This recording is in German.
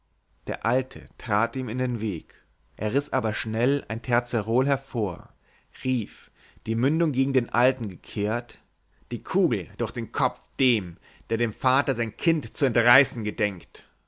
der alte trat ihm in den weg er riß aber schnell ein terzerol hervor rief die mündung gegen den alten gekehrt die kugel durch den kopf dem der dem vater sein kind zu entreißen gedenkt